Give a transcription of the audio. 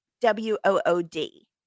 W-O-O-D